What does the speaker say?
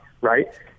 Right